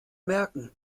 merken